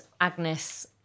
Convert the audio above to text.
Agnes